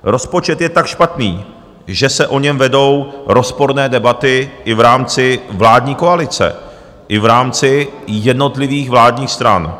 Rozpočet je tak špatný, že se o něm vedou rozporné debaty i v rámci vládní koalice, i v rámci jednotlivých vládních stran.